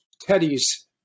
Teddy's